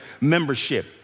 membership